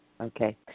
Okay